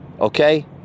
okay